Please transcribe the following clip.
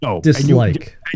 dislike